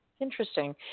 Interesting